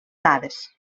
dades